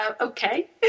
okay